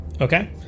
Okay